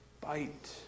Bite